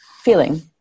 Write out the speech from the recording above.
feeling